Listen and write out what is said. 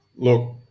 Look